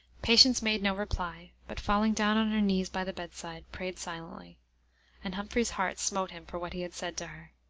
patience made no reply, but falling down on her knees by the bedside, prayed silently and humphrey's heart smote him for what he had said to her.